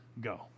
go